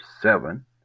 seven